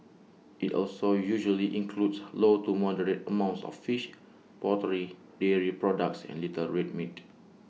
IT also usually includes low to moderate amounts of fish poultry dairy products and little red meat